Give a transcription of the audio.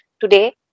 today